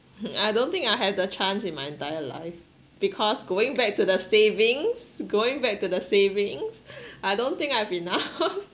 I don't think I have the chance in my entire life because going back to the savings going back to the savings I don't think I have enough